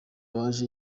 waje